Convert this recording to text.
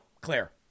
Claire